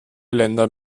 länder